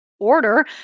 order